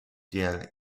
der